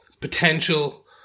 potential